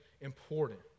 important